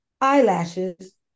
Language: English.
eyelashes